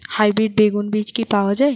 Hybrid বেগুন বীজ কি পাওয়া য়ায়?